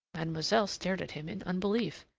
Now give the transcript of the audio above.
mademoiselle stared at him in unbelief.